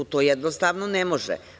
To jednostavno ne može.